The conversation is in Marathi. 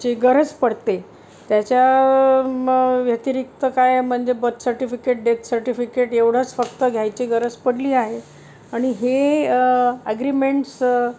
ची गरज पडते त्याच्या व्यतिरिक्त काय म्हणजे बर्थ सर्टिफिकेट डेथ सर्टिफिकेट एवढंच फक्त घ्यायची गरज पडली आहे आणि हे ॲग्रीमेंट्स